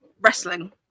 wrestling